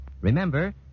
Remember